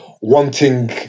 wanting